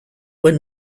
were